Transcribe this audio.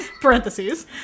parentheses